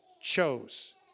chose